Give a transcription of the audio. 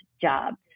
jobs